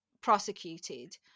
prosecuted